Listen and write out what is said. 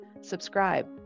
subscribe